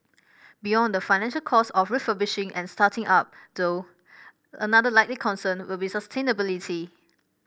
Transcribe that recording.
beyond the financial costs of refurbishing and starting up though another likely concern will be sustainability